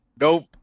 nope